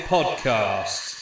Podcast